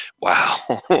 Wow